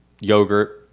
yogurt